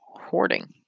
hoarding